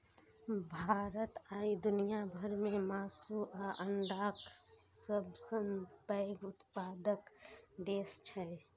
भारत आइ दुनिया भर मे मासु आ अंडाक सबसं पैघ उत्पादक देश छै